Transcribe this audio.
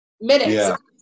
minutes